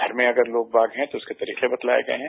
घर में अगर लोग बाग है तो इसके तरीके बतलाए गए हैं